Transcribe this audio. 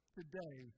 today